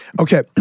Okay